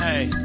Hey